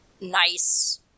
nice